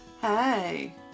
Hey